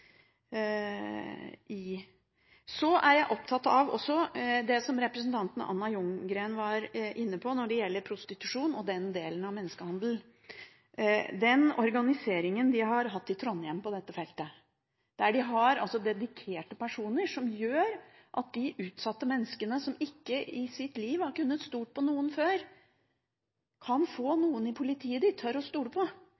Så er jeg opptatt av det som også representanten Anna Ljunggren var inne på når det gjelder prostitusjon og den delen av menneskehandelen – den organiseringen de har hatt i Trondheim på dette feltet, der de har dedikerte personer som gjør at de utsatte menneskene som ikke har kunnet stole på noen før i sitt liv, kan få